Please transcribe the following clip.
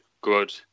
good